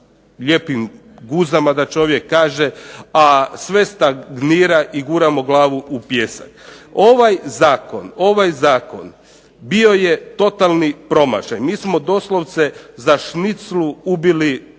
lijepim guzama da čovjek kaže, a sve stagnira i guramo glavu u pijesak. Ovaj zakon bio je totalni promašaj. Mi smo doslovce za šniclu ubili tele,